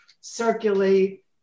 circulate